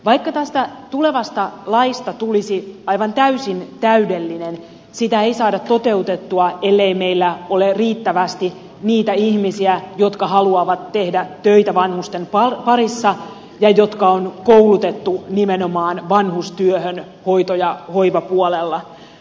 vaikka tästä tulevasta laista tulisi aivan täysin täydellinen sitä ei saada toteutettua ellei meillä ole riittävästi niitä ihmisiä jotka haluavat tehdä töitä vanhusten parissa ja jotka on koulutettu nimenomaan vanhustyöhön hoito ja hoivapuolella